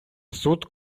суд